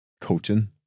coaching